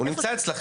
הוא נמצא אצלכם.